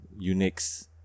Unix